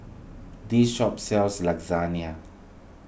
this shop sells Lasagna